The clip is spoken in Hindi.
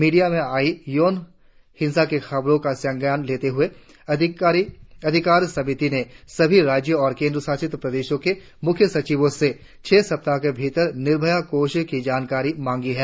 मीडिया में आई यौन हिंसा के खबरों का संज्ञान लेते हुए अधिकार समिति ने सभी राज्यों और केंद्र शासित प्रदेशों के मुख्य सचिवों से छह सप्ताह के भीतर निर्भया कोष की जानकारी मांगी है